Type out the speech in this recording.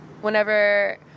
Whenever